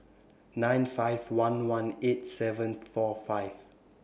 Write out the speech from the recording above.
nine five one one eight seven four five